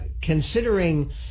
considering